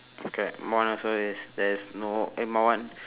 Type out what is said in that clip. okay mine also it's there is no eh my one